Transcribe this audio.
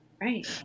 right